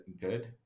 good